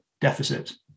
deficits